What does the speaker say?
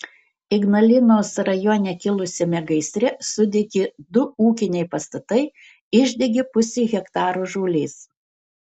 ignalinos rajone kilusiame gaisre sudegė du ūkiniai pastatai išdegė pusė hektaro žolės